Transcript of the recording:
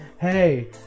hey